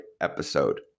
episode